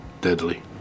Deadly